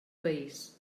país